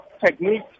technique